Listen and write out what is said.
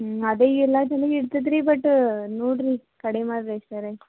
ಹ್ಞೂ ಅದೇ ಎಲ್ಲಾ ಚೆನ್ನಾಗಿ ಇರ್ತತೆ ರೀ ಬಟ್ ನೋಡಿರಿ ಕಡಿಮೆ ಮಾಡ್ರಿ ಸರ್